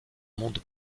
monde